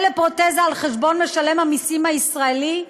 לפרוטזה על חשבון משלם המסים הישראלי?